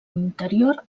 interior